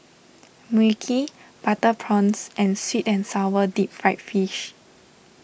Mui Kee Butter Prawns and Sweet and Sour Deep Fried Fish